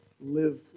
live